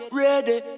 ready